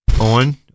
on